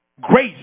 grace